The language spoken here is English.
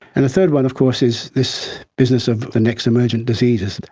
and the third one of course is this business of the next emergent diseases.